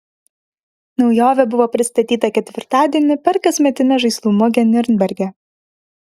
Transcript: naujovė buvo pristatyta ketvirtadienį per kasmetinę žaislų mugę niurnberge